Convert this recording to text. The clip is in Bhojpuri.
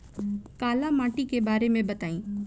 काला माटी के बारे में बताई?